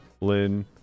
Lynn